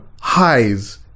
highs